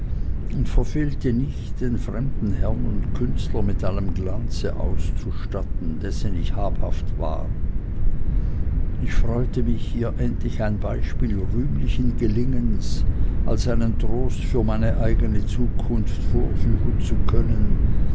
und verfehlte nicht den fremden herrn und künstler mit allem glanz auszustatten dessen ich habhaft war ich freute mich ihr endlich ein beispiel rühmlichen gelingens als einen trost für meine eigene zukunft vorführen zu können